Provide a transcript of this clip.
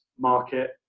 market